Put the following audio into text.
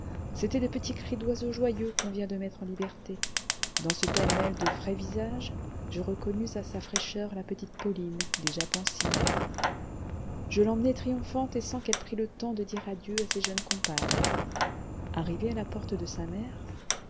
c'étaient des petits cris d'oiseaux joyeux qu'on vient de mettre en liberté dans ce pêle-mêle de frais visages je reconnus à sa fraîcheur la petite pauline déjà pensive je l'emmenai triomphante et sans qu'elle prît le temps de dire adieu à ses jeunes compagnes arrivés à la porte de sa mère